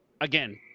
again